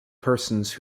persons